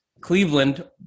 Cleveland